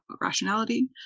rationality